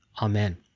amen